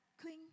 queen